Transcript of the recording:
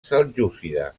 seljúcida